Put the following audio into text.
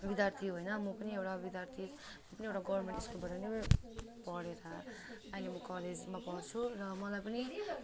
विद्यार्थी होइन म पनि एउटा विद्यार्थी म पनि एउटा गभर्मेन्ट स्कुलबाट नै पढेर अहिले म कलेजमा पढ्छु र मलाई पनि